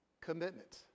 Commitment